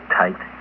tight